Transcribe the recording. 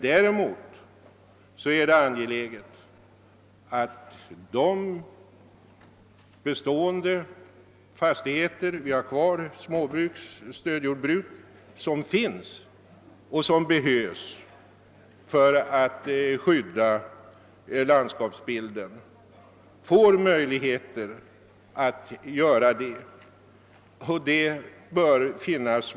Däremot är det angeläget att de bestående fastigheter — småbruk och stödjordbruk — som finns och som behövs för att skydda landskapsbilden i så stor omfattning som möjligt också kan få tjäna detta syfte.